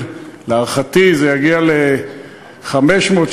להערכתי זה יגיע ל-500,000,